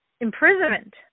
imprisonment